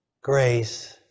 grace